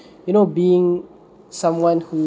you know being someone who